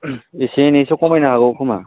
एसे एनैथ' खमायनो हागौ खोमा